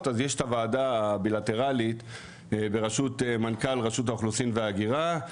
יש את הוועדה הבילטרלית בראשות מנכ"ל רשות האוכלוסין וההגירה,